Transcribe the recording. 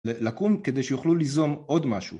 ‫לקום כדי שיוכלו ליזום עוד משהו.